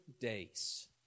days